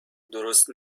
درست